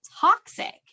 toxic